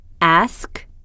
Ask